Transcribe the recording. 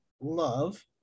love